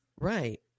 Right